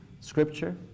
scripture